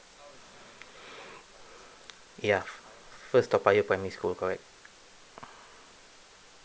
ya first toa payoh primary school correct